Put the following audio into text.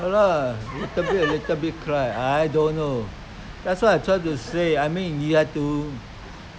my generation is is is about over already okay I mean now is your generation to take care about the next generation